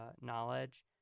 knowledge